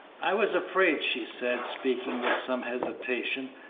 i was afraid, she said, speaking with some hesitation,